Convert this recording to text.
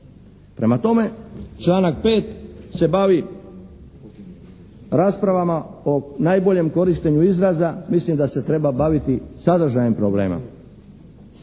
Prema tome, članak 5. se bavi raspravama o najboljem korištenju izraza mislim da se treba baviti sadržajem problema.